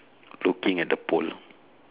looking at the pole